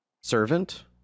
servant